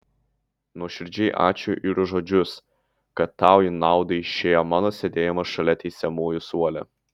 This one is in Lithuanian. nuoširdžiai ačiū ir už žodžius kad tau į naudą išėjo mano sėdėjimas šalia teisiamųjų suole